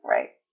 Right